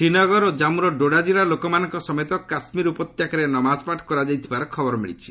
ଶ୍ରୀନଗର ଓ ଜାମ୍ମୁର ଡୋଡ଼ା ଜିଲ୍ଲାର ଲୋକମାନଙ୍କ ସମେତ କାଶ୍କୀର ଉପତ୍ୟକାରେ ନମାଜପାଠ କରାଯାଇଥିବାର ଖବର ମିଳିଛି